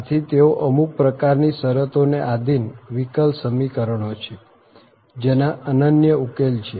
આથી તેઓ અમુક પ્રકાર ની શરતો ને આધીન વિકલ સમીકરણો છે જેના અનન્ય ઉકેલ છે